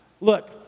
Look